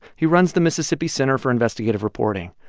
he runs the mississippi center for investigative reporting.